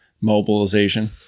mobilization